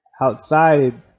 Outside